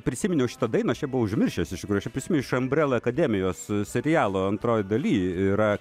prisiminiau šitą dainą aš ją buvau užmiršęs iš tikrųjų aš ją prisiminiau iš ambrela akademijos serialo antroj daly yra